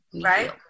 right